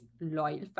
loyal